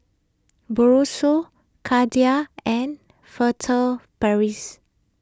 Brosol Kordel's and Furtere Paris